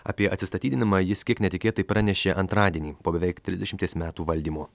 apie atsistatydinimą jis kiek netikėtai pranešė antradienį po beveik trisdešimties metų valdymo